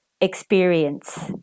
experience